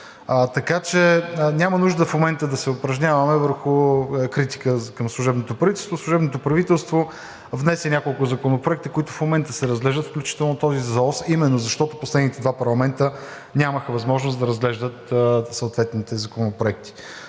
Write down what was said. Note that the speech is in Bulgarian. така че няма нужда в момента да се упражняваме върху критика към служебното правителство. Служебното правителство внесе няколко законопроекта, които в момента се разглеждат, включително този за ОСВ, именно защото последните два парламента нямаха възможност да разглеждат съответните законопроекти.